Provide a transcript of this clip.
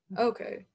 Okay